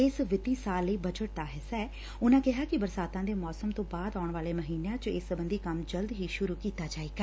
ਇਸ ਵਿੱਤੀ ਸਾਲ ਲਈ ਬਜਟ ਦਾ ਹਿੱਸਾ ਉਨੂਾ ਕਿਹਾ ਕਿ ਬਰਸਾਤਾਂ ਦੇ ਮੌਸਮ ਤੋਂ ਬਾਅਦ ਆਉਣ ਵਾਲੇ ਮਹੀਨਿਆਂ ਚ ਇਸ ਸਬੰਧੀ ਕੰਮ ਜਲਦੀ ਸੂਰ੍ ਕੀਤਾ ਜਾਏਗਾ